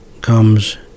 comes